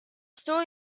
still